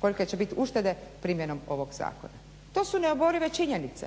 kolike će biti uštede primjenom ovog zakona. To su neoborive činjenice.